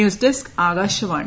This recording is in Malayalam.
news desk Akashvani